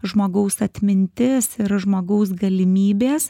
žmogaus atmintis ir žmogaus galimybės